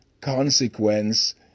Consequence